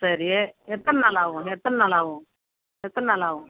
சரி எத்தனை நாள் ஆகும் எத்தனை நாள் ஆகும் எத்தனை நாளாகும்